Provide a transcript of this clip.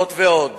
זאת ועוד,